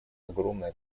огромное